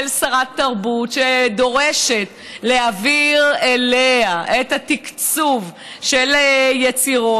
של שרת תרבות שדורשת להעביר אליה את התקצוב של יצירות,